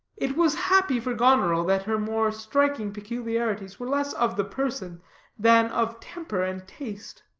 it was happy for goneril that her more striking peculiarities were less of the person than of temper and taste.